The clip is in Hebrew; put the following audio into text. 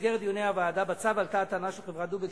במסגרת דיוני הוועדה בצו עלתה הטענה של חברת "דובק"